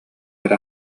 эрэ